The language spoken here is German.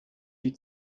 die